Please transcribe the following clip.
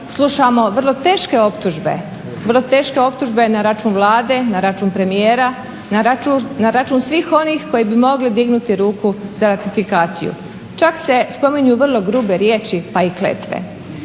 dana vrlo često slušamo vrlo teške optužbe na račun Vlade, na račun premijera, na račun svih onih koji bi mogli dignuti ruku za ratifikaciju. Čak se spominju vrlo grube riječi pa i kletve.